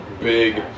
big